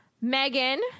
Megan